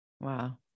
Wow